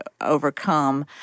overcome